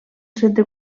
centre